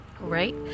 Right